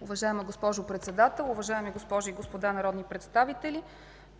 Уважаема госпожо Председател, уважаеми госпожи и господа народни представители!